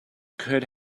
could